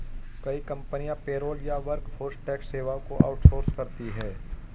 कई कंपनियां पेरोल या वर्कफोर्स टैक्स सेवाओं को आउट सोर्स करती है